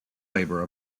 labour